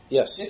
Yes